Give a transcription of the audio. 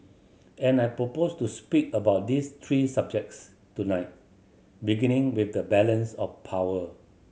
and I propose to speak about these three subjects tonight beginning with the balance of power